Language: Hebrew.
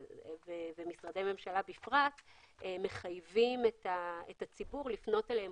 ומשרדי ממשלה בפרט מחייבים את הציבור לפנות אליהם